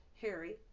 Harry